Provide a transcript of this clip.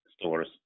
stores